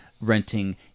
renting